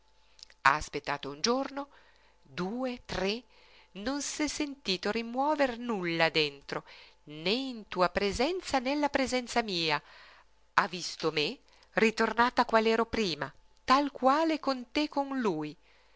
ha aspettato un giorno due tre non s'è sentito rimuover nulla dentro né in tua presenza né alla presenza mia ha visto me ritornata qual ero prima tal quale con te con lui